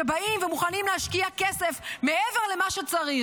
שבאים ומוכנים להשקיע כסף מעבר למה שצריך.